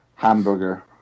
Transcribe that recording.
Hamburger